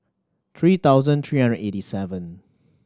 three thousand three hundred eighty seven